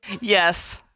Yes